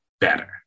better